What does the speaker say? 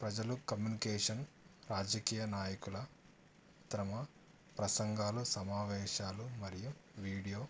ప్రజలు కమ్యూనికేషన్ రాజకీయ నాయకుల త్రమ ప్రసంగాాలు సమావేశాలు మరియు వీడియో